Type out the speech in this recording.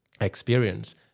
experience